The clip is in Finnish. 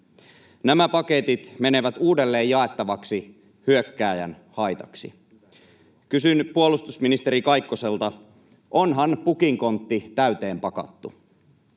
Nämä paketit menevät uudelleen jaettavaksi hyökkääjän haitaksi. Kysyn puolustusministeri Kaikkoselta: onhan pukinkontti täyteen pakattu?